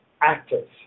active